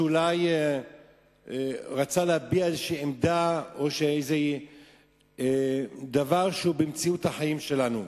שאולי הוא רצה להביע איזו עמדה או איזה דבר שהוא במציאות החיים שלנו.